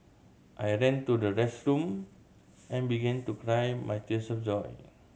I ran to the restroom and begin to cry my tears of joy